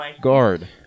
Guard